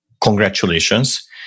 congratulations